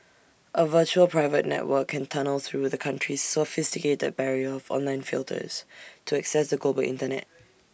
A virtual private network can tunnel through the country's sophisticated barrier of online filters to access the global Internet